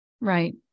Right